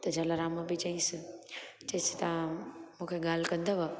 त जलाराम बि चयईसि चयईसि तव्हां मूंखे ॻाल्हि कंदव